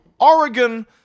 Oregon